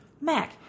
Mac